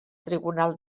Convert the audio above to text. tribunal